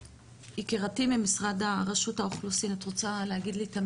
יקירתי מרשות האוכלוסין את רוצה להגיד עוד